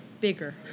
bigger